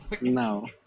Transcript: no